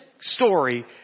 story